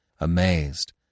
amazed